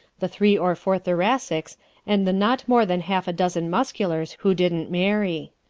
the three or four thoracics and the not more than half a dozen musculars who didn't marry.